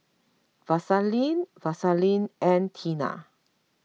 Vaselin Vaselin and Tena